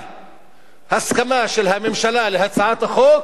שהאי-הסכמה של הממשלה להצעת החוק